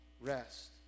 rest